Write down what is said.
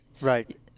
Right